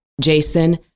Jason